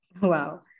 Wow